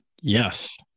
Yes